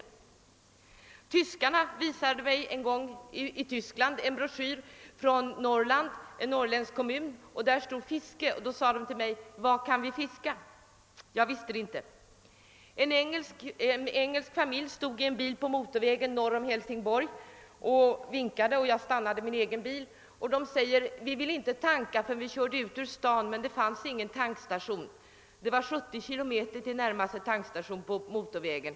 I Tyskland visade mig en gång några tyskar en broschyr från en norrländsk kommun. Där stod att det fanns möjlighet till fiske. De frågade mig: »Vad kan vi fiska?» Jag visste det inte. En engelsk familj stod vid sin bil på motorvägen norr om Hälsingborg och vinkade. Jag stannade min egen bil och de sade: »Vi ville inte tanka förrän vi körde ut ur staden, men det finns ingen tankstation.« Det var 70 km till närmaste tankstation på motorvägen.